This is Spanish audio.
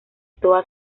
toda